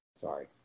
Sorry